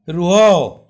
ରୁହ